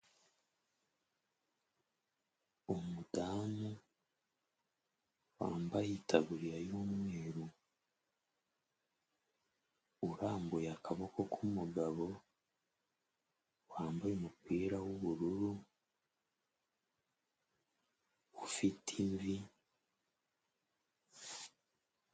Umudamu wambaye itaburiya y'umweru, urambuye akaboko k'umugabo, wambaye umupira w'ubururu, ufite imvi.